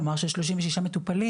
כלומר של 36 מטופלים,